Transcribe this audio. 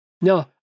Now